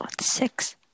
Six